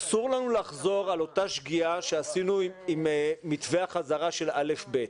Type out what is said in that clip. אסור לנו לחזור על אותה שגיאה שעשינו עם מתווה החזרה של א'-ב'.